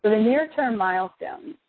but near-term milestone,